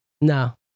No